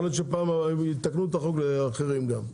יכול להיות שיתקנו את החוק לאחרים גם.